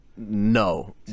No